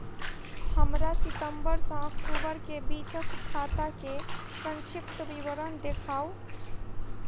हमरा सितम्बर सँ अक्टूबर केँ बीचक खाता केँ संक्षिप्त विवरण देखाऊ?